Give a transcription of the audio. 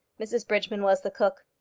mrs bridgeman was the cook.